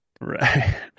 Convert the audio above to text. Right